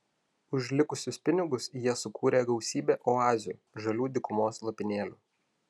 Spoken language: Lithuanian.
už likusius pinigus jie sukūrė gausybę oazių žalių dykumos lopinėlių